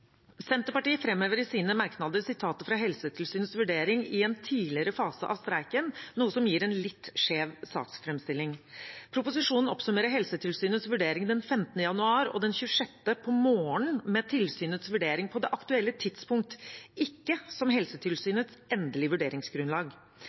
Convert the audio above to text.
Senterpartiet framhever i sine merknader sitater fra Helsetilsynets vurdering i en tidligere fase av streiken, noe som gir en litt skjev saksframstilling. Proposisjonen oppsummerer Helsetilsynets vurdering den 15. januar og den 26. januar på morgenen med tilsynets vurdering på det aktuelle tidspunkt, ikke som